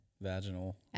Vaginal